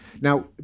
Now